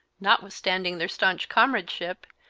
notwithstanding their stanch comradeship,